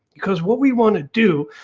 because what we want to do,